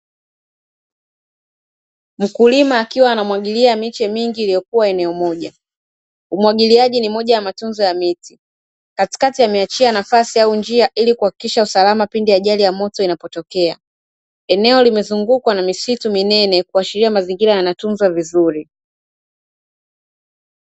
Mkulima akiwa anamwagilia miche mingi iliyokua eneo moja. Umwagiliaji ni moja ya matunzo ya miti, katikati ameachia nafasi au njia ili kuhakikisha usalama pindi ajali ya moto inapotokea. Eneo limezungukwa na misitu minene, kuashiria mazingira yanatunzwa vizuri.